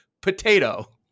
Potato